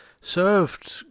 served